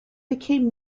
became